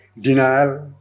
denial